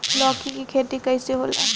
लौकी के खेती कइसे होला?